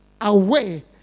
away